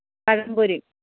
പഴംപൊരിയും